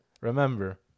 Remember